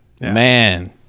Man